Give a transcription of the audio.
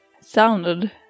Sounded